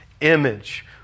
image